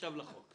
עכשיו לחוק.